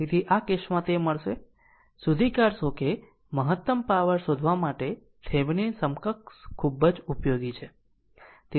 તેથી આ કેસમાં તે મળશે શોધી કાઢશો કે મહત્તમ પાવર શોધવા માટે થેવેનિન સમકક્ષ ખૂબ જ ઉપયોગી છે